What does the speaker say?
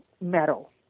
metal